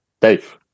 Dave